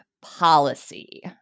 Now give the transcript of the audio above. policy